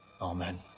Amen